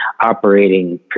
operating